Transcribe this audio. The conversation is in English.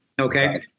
Okay